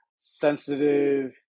sensitive